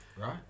Right